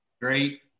great